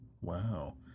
Wow